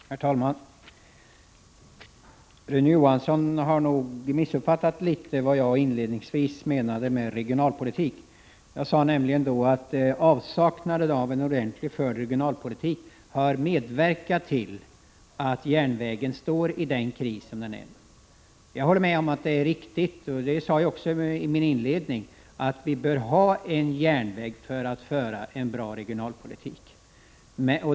Herr talman! Rune Johansson har nog missuppfattat litet vad jag inledningsvis menade med regionalpolitik. Jag sade då att avsaknaden av en ordentligt förd regionalpolitik har medverkat till att järnvägen befinner sig i den kris som man är i i dag. Jag håller med om att det är riktigt — det sade jag också i min inledning -— att vi bör ha en järnväg för att föra en bra regionalpolitik.